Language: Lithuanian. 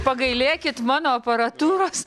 pagailėkit mano aparatūros